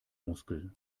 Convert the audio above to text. muskel